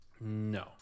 No